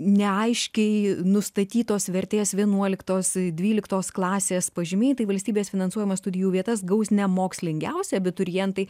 neaiškiai nustatytos vertės vienuoliktos dvyliktos klasės pažymiai tai valstybės finansuojamas studijų vietas gaus ne mokslingiausi abiturientai